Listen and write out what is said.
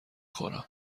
خورم